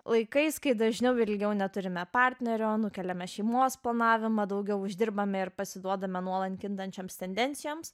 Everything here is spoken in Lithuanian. laikais kai dažniau ir ilgiau neturime partnerio nukeliame šeimos planavimą daugiau uždirbame ir pasiduodame nuolan kintančioms tendencijoms